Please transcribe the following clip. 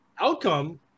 outcome